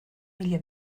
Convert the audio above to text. mila